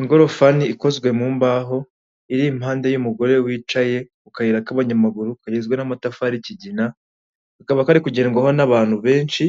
Ingorofani ikozwe mu mbaho iri impande y'umugore wicaye ku kayira k'abanyamaguru kagizwe n'amatafari y'ikigina, kakaba kari kugerwaho n'abantu benshi,